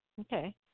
Okay